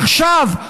עכשיו,